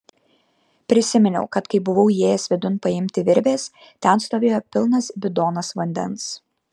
prisiminiau kad kai buvau įėjęs vidun paimti virvės ten stovėjo pilnas bidonas vandens